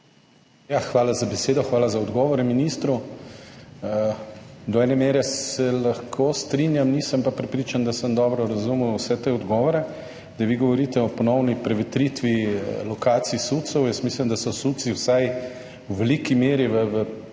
Hvala za besedo. Hvala za odgovore ministru. Do ene mere se lahko strinjam. Nisem pa prepričan, da sem dobro razumel vse te odgovore, da vi govorite o ponovni prevetritvi lokacij SUC. Jaz mislim, da so SUC vsaj v veliki meri, v 80